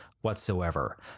whatsoever